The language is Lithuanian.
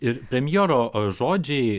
ir premjero žodžiai